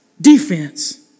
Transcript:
defense